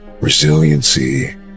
resiliency